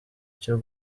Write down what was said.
cyo